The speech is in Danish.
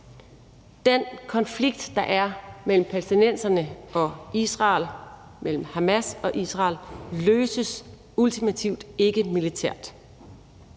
Den konflikt, der er mellem palæstinenserne og Israel, mellem Hamas og Israel, løses ultimativt ikke militært.